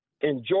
Enjoy